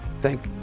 thank